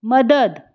મદદ